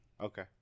Okay